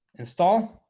install